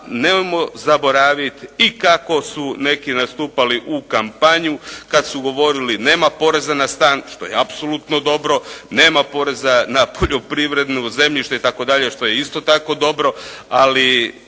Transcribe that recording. nemojmo zaboraviti i kako su neki nastupali u kampanji kad su govorili nema poreza na stan, što je apsolutno dobro, nema poreza na poljoprivredno zemljište itd., što je isto tako dobro, ali